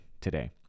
today